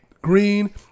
green